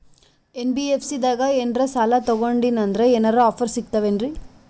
NBFC ದಾಗ ಏನ್ರ ಸಾಲ ತೊಗೊಂಡ್ನಂದರ ಏನರ ಆಫರ್ ಸಿಗ್ತಾವೇನ್ರಿ?